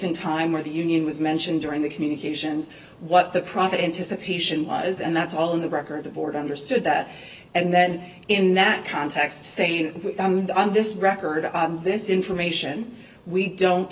in time where the union was mentioned during the communications what the profit anticipation was and that's all in the record the board understood that and then in that context saying this record this information we don't